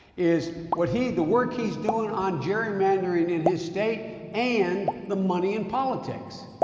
is what he, the work he's doing on gerrymandering in his state and the money in politics.